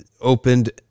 opened